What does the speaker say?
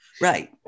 Right